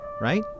right